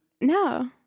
No